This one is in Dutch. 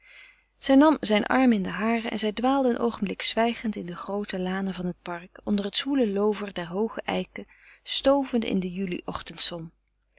zij nam zijn arm in den hare en zij dwaalden een oogenblik zwijgend in de groote lanen van het park onder het zwoele loover der hooge eiken stovende in de juli ochtendzon